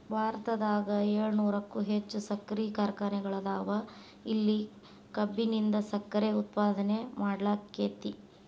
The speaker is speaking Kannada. ಭಾರತದಾಗ ಏಳುನೂರಕ್ಕು ಹೆಚ್ಚ್ ಸಕ್ಕರಿ ಕಾರ್ಖಾನೆಗಳದಾವ, ಇಲ್ಲಿ ಕಬ್ಬಿನಿಂದ ಸಕ್ಕರೆ ಉತ್ಪಾದನೆ ಮಾಡ್ಲಾಕ್ಕೆತಿ